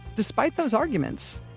despite those arguments,